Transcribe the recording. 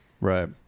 Right